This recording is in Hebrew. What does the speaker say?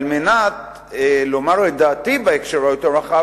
על מנת לומר את דעתי בהקשר היותר רחב